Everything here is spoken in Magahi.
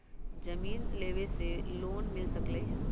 जमीन देवे से लोन मिल सकलइ ह?